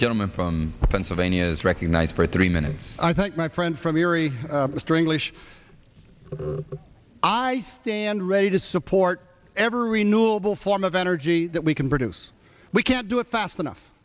gentleman from pennsylvania is recognized for three minutes i thank my friend from erie mr english i stand ready to support every renewable form of energy that we can produce we can't do it fast enough